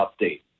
update